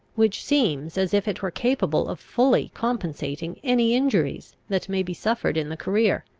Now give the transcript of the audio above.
which seems as if it were capable of fully compensating any injuries that may be suffered in the career.